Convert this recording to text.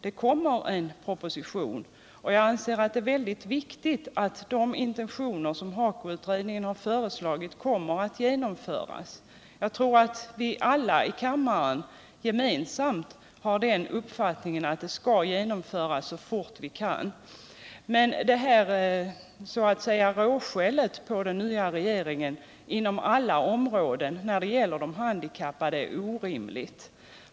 Det kommer en proposition, och jag anser att det är väldigt viktigt att HAKO-utredningens intentioner kommer att genomföras. Jag tror att vi alla i kammaren gemensamt har den uppfattningen att de skall genomföras så fort vi kan. Men råskället — jag tillåter mig använda det uttrycket — på den nya regeringen inom alla områden när det gäller de handikappade är orimligt.